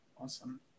Awesome